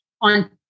on